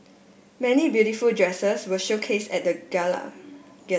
many beautiful dresses were showcase at gala